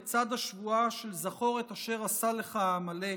בצד השבועה של "זכור את אשר עשה לך עמלק",